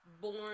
born